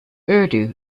urdu